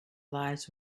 lives